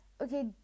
okay